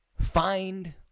find